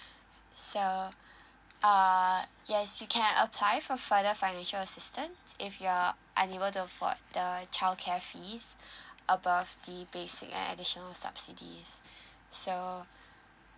so err yes you can apply for further financial assistance if you're unable to afford the childcare fees above the basic and additional subsidies so